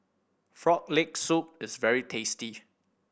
Frog Leg Soup is very tasty